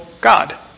God